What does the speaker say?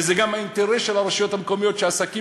וזה גם האינטרס של הרשויות המקומיות שהעסקים